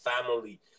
family